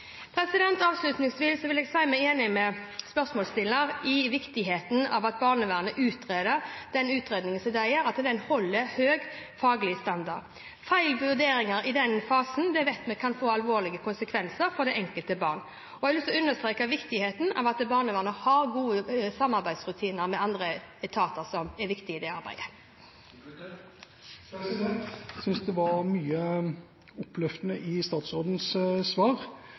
Avslutningsvis vil jeg si meg enig med spørsmålsstilleren i viktigheten av at barnevernets utredninger holder en høy faglig standard. Feil vurderinger i denne fasen vet vi kan få alvorlige konsekvenser for det enkelte barn, og jeg har lyst til å understreke viktigheten av at barnevernet har gode samarbeidsrutiner med andre etater som er viktige i dette arbeidet. Jeg synes det var mye oppløftende i statsrådens svar.